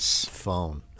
phone